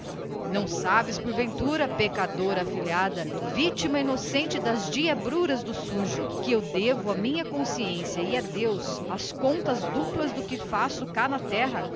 não sabes porventura pecadora vítima inocente de tentações diabólicas que eu devo à minha consciência e a deus duplas contas do que faço cá na terra